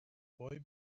boy